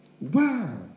Wow